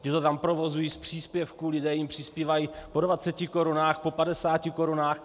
Ti to tam provozují z příspěvků, lidé jim přispívají po dvacetikorunách, po padesátikorunách.